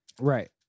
right